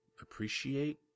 appreciate